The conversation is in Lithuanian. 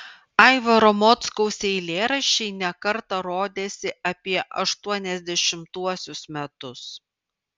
aivaro mockaus eilėraščiai ne kartą rodėsi apie aštuoniasdešimtuosius metus